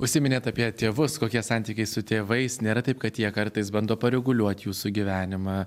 užsiminėt apie tėvus kokie santykiai su tėvais nėra taip kad jie kartais bando pareguliuot jūsų gyvenimą